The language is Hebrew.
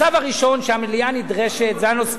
הצו הראשון שהמליאה נדרשת אליו,